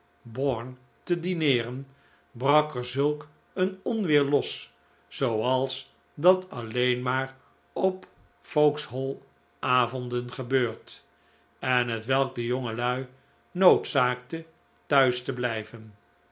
barn te dineeren brak er zulk een onweer los zooals dat alleen maar op vauxhall avonden gebeurt en hetwelk de jonge lui noodzaakte thuis te blijven